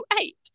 eight